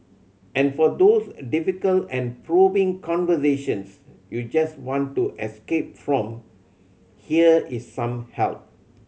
and for those difficult and probing conversations you just want to escape from here is some help